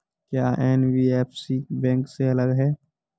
क्या NBFC bank से अलग है?